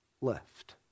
left